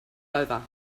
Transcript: over